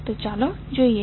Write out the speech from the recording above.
તો ચાલો જોઈએ